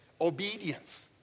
Obedience